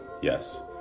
yes